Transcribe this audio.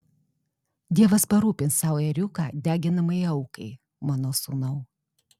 dievas parūpins sau ėriuką deginamajai aukai mano sūnau